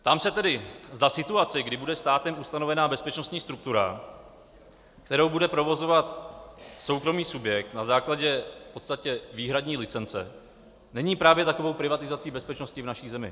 Ptám se tedy, zda situace, kdy bude státem ustanovena bezpečností struktura, kterou bude provozovat soukromý subjekt na základě v podstatě výhradní licence, není právě takovou privatizací bezpečnosti v naší zemi.